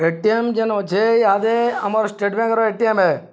ଏ T M ଯେନ୍ ଅଛେ ଇହାଦେ ଆମର ଷ୍ଟେଟ୍ ବ୍ୟାଙ୍କର ଏ ଟି ଏମ୍ ହେ